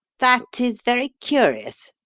that is very curious,